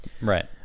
Right